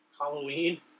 Halloween